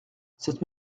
cette